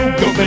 go